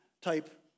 type